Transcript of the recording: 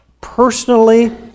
personally